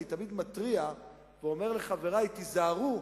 אני תמיד מתריע ואומר לחברי: תיזהרו,